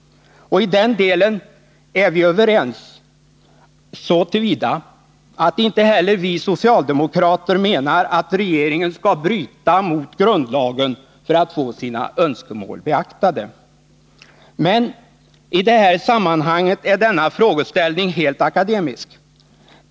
Och i den delen är vi överens så till vida att inte heller vi socialdemokrater menar att regeringen skall bryta mot grundlagen för att få sina önskemål beaktade. Men i det här sammanhanget är denna frågeställning helt akademisk.